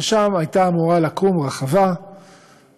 ושם הייתה אמורה לקום רחבה מסודרת,